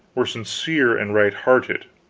were sincere and right-hearted,